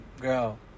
girl